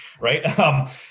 right